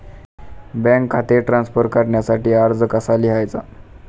Bank खाते transfer करण्यासाठी अर्ज कसा लिहायचा?